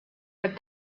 with